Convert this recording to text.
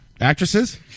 Actresses